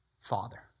Father